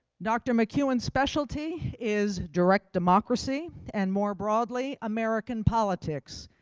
dr. mcewan's specialty is direct democracy and more broadly american politics.